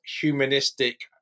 humanistic